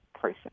person